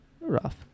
Rough